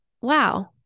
wow